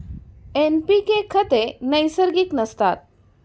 NPK खते नैसर्गिक नसतात